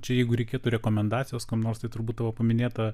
čia jeigu reikėtų rekomendacijos kam nors tai turbūt tavo paminėta